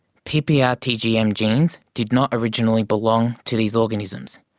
ppr tgm genes did not originally belong to these organisms.